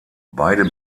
beide